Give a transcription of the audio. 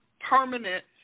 permanent